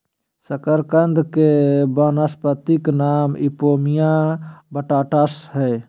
शकरकंद के वानस्पतिक नाम इपोमिया बटाटास हइ